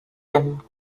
him